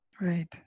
Right